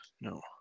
No